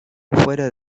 fuera